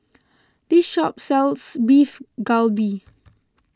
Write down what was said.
this shop sells Beef Galbi